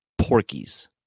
porkies